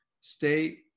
stay